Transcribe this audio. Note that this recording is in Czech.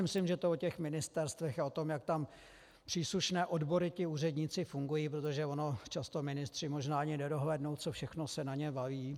Myslím si, že to o těch ministerstvech a o tom, jak tam příslušné odbory, ti úředníci fungují protože často ministři možná ani nedohlédnou, co všechno se na ně valí.